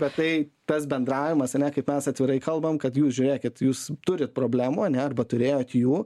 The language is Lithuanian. bet tai tas bendravimas ane kaip mes atvirai kalbam kad jūs žiūrėkit jūs turit problemų ane arba turėjot jų